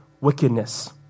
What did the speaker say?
wickedness